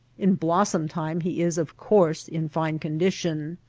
in blossom time he is, of course, in fine condition,